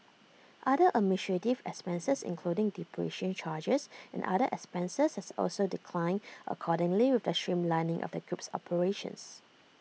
other administrative expenses including depreciation charges and other expenses also declined accordingly with the streamlining of the group's operations